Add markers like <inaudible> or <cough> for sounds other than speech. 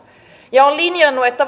ja on linjannut että <unintelligible>